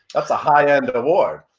that's a high-end award.